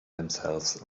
themselves